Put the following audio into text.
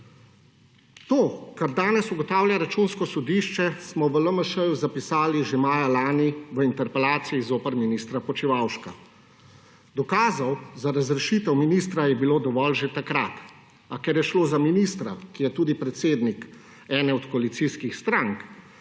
To, kar danes ugotavlja Računsko sodišče, smo v LMŠ zapisali že maja lani v interpelaciji zoper ministra Počivalška. Dokazov za razrešitev ministra je bilo dovolj že takrat, a ker je šlo za ministra, ki je tudi predsednik ene od koalicijskih strank